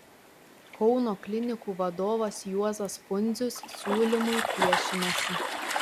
kauno klinikų vadovas juozas pundzius siūlymui priešinasi